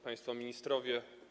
Państwo Ministrowie!